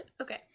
Okay